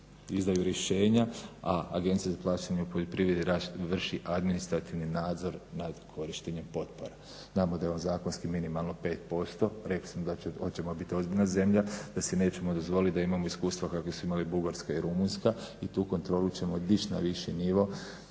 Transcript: izdaju rješenja, a Agencija za plaćanje u poljoprivredi vrši administrativni nadzor, nadzor korištenja potpora. Znamo da je ovo zakonski minimalno 5 %, rekli smo da hoćemo bit ozbiljna zemlje da si nećemo dozvoliti da imamo iskustva kakva su imali Bugarska i Rumunjska, tu kontrolu ćemo ići na viši nivo,